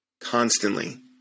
constantly